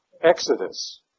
Exodus